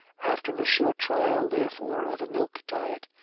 after a short trial, therefore, of a milk diet,